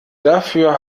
dafür